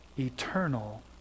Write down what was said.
Eternal